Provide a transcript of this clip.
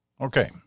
Okay